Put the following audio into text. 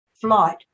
flight